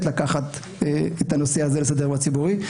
להביא את הנושא הזה לסדר-היום הציבורי,